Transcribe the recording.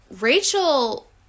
Rachel